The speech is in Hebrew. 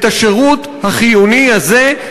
את השירות החיוני הזה,